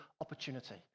opportunity